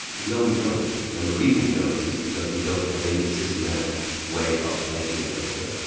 no, we don't. and the reason we don't is because we don't have any systematic way of collecting that data.